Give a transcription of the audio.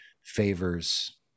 favors